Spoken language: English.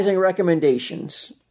recommendations